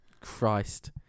Christ